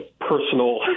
personal